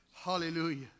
Hallelujah